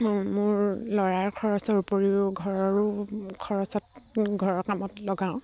মোৰ ল'ৰাৰ খৰচৰ উপৰিও ঘৰৰো খৰচত ঘৰৰ কামত লগাওঁ